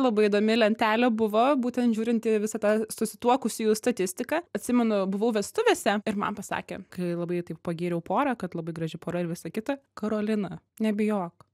labai įdomi lentelė buvo būtent žiūrint į visą tą susituokusiųjų statistiką atsimenu buvau vestuvėse ir man pasakė kai labai taip pagyriau porą kad labai graži pora ir visa kita karolina nebijok